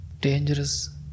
dangerous